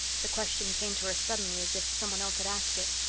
the question came to her suddenly as if someone else had asked it.